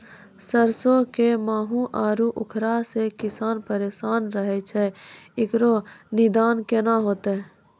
सरसों मे माहू आरु उखरा से किसान परेशान रहैय छैय, इकरो निदान केना होते?